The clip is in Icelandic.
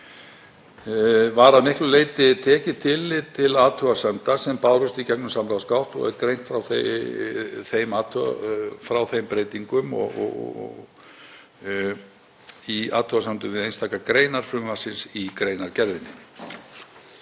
Var að miklu leyti tekið tillit til athugasemda sem bárust í gegnum samráðsgátt og er greint frá þeim breytingum í athugasemdum við einstakar greinar frumvarpsins í greinargerðinni.